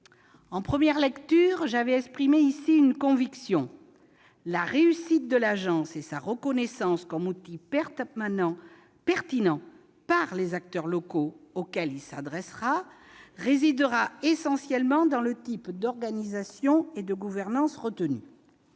En première lecture, j'avais exprimé ici une conviction : la réussite de l'agence et sa reconnaissance comme outil pertinent par les acteurs locaux dépendront essentiellement du type d'organisation et de gouvernance retenu.